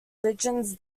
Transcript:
religions